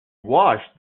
washed